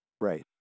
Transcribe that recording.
Right